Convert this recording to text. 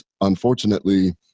unfortunately